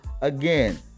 again